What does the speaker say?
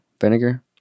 Vinegar